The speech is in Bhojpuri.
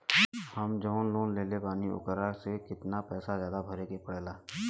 हम जवन लोन लेले बानी वोकरा से कितना पैसा ज्यादा भरे के पड़ेला?